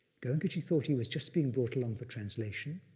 goenkaji thought he was just being brought along for translation,